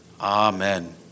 Amen